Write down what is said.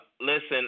Listen